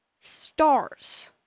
stars